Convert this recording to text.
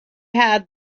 had